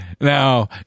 Now